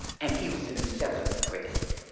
and he was in the seventh grade.